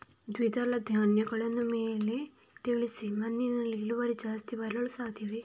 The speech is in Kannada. ದ್ವಿದಳ ಧ್ಯಾನಗಳನ್ನು ಮೇಲೆ ತಿಳಿಸಿ ಮಣ್ಣಿನಲ್ಲಿ ಇಳುವರಿ ಜಾಸ್ತಿ ಬರಲು ಸಾಧ್ಯವೇ?